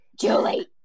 Julie